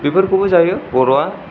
बेफोरखौबो जायो बर'आ